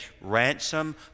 ransom